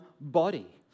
body